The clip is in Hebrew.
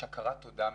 יש הכרת תודה מסוימת.